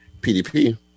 PDP